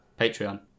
Patreon